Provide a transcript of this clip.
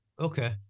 Okay